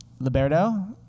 Liberto